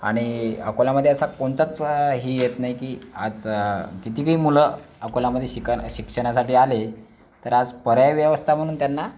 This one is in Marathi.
आणि अकोल्यामध्ये असा कोणाचाच ही येत नाही की आज कितीबी मुलं अकोल्यामध्ये शिका शिक्षणासाठी आले तर आज पर्यायी व्यवस्था म्हणून त्यांना